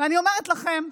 ואני אומרת לכם,